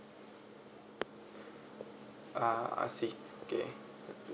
ah I see okay